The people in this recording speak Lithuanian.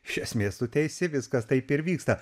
iš esmės tu teisi viskas taip ir vyksta